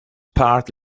part